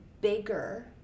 bigger